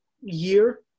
year